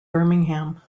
birmingham